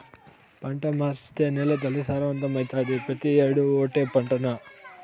పంట మార్సేత్తే నేలతల్లి సారవంతమైతాది, పెతీ ఏడూ ఓటే పంటనా